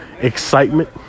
excitement